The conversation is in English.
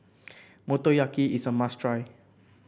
motoyaki is a must try